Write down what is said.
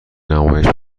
نمایش